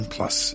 Plus